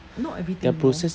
their process